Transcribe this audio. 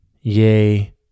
Yea